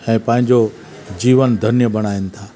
ऐं पंहिंजो जीवन धन्य बणाइनि था